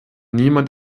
niemand